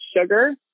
sugar